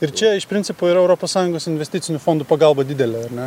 ir čia iš principo yra europos sąjungos investicinių fondų pagalba didelė ar ne